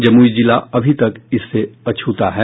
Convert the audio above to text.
जमुई जिला अभी तक इससे अछूता है